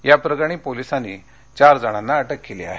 या प्रकरणी पोलिसांनी चार जणांना अटक केली आहे